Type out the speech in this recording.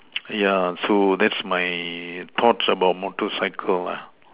yeah so that's my thoughts about motorcycles lah